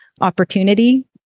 opportunity